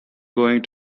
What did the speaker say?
going